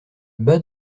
bas